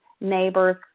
neighbors